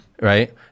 Right